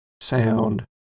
sound